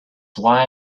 why